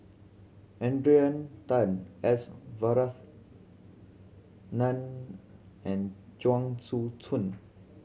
Adrian Tan S and Chuang Tsuan